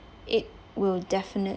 it will definitely